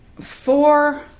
four